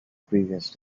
previous